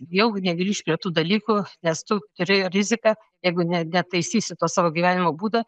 jau negrįš prie tų dalykų nes tu turėjai riziką jeigu ne netaisysi to savo gyvenimo būdo